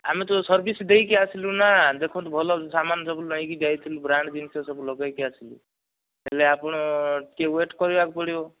ଆମେ ତ ସର୍ଭିସ୍ ଦେଇକି ଆସିଲୁ ନା ଦେଖନ୍ତୁ ଭଲ ସାମାନ ସବୁ ନେଇକି ଯାଇଥିଲୁ ବ୍ରାଣ୍ଡ ଜିନିଷ ସବୁ ଲଗେଇକି ଆସିଲୁ ହେଲେ ଆପଣ ଟିକିଏ ୱେଟ କରିବାକୁ ପଡ଼ିବ